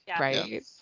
Right